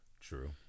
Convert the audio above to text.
True